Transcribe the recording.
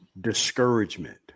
discouragement